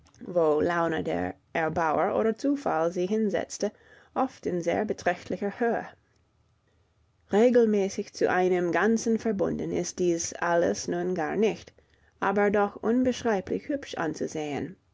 wo laune der erbauer oder zufall sie hinsetzte oft in sehr beträchtlicher höhe regelmäßig zu einem ganzen verbunden ist dies alles nun gar nicht aber doch unbeschreiblich hübsch anzusehen